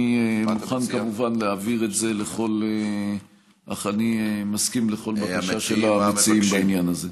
אני מסכים לכל בקשה של המציעים בעניין הזה.